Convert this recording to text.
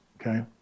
okay